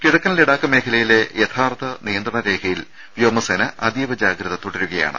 കിഴക്കൻ ലഡാക്ക് മേഖലയിലെ യഥാർത്ഥ നിയന്ത്രണ രേഖയിൽ വ്യോമസേന അതീവ ജാഗ്രത തുടരുകയാണ്